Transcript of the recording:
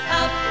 up